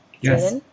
Yes